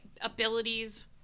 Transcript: abilities